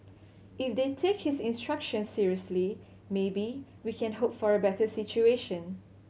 if they take his instructions seriously maybe we can hope for a better situation